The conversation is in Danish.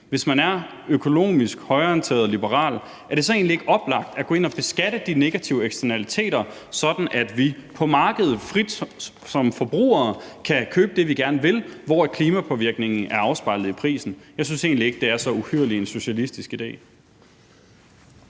Hvis man er økonomisk højreorienteret og liberal, er det så egentlig ikke oplagt at gå ind og beskatte de negative eksternaliteter, sådan at vi på markedet frit som forbrugere kan købe det, vi gerne vil, hvor klimapåvirkningen er afspejlet i prisen? Jeg synes egentlig ikke, det er så uhyrlig en socialistisk idé.